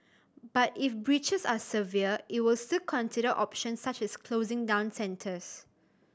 but if breaches are severe it will still consider options such as closing down centres